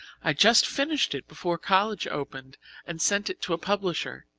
i just finished it before college opened and sent it to a publisher.